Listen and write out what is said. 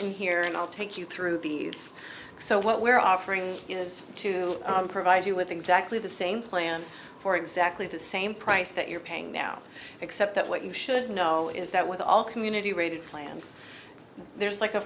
in here and i'll take you through these so what we're offering is to provide you with exactly the same plan for exactly the same price that you're paying now except that what you should know is that with all community rated plans there's like a